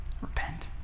Repent